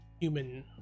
human